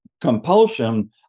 compulsion